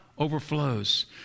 overflows